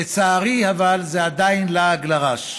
אבל לצערי, זה עדיין לעג לרש.